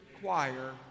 choir